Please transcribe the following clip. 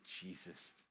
Jesus